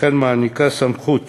וכן העניקה סמכות